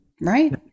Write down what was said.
right